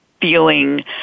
feeling